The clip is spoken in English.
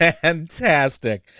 fantastic